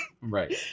Right